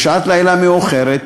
בשעת לילה מאוחרת,